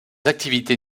activités